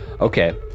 Okay